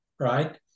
right